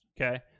Okay